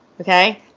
okay